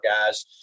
guys